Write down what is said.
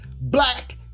black